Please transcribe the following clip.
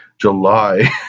July